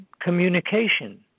communication